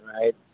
Right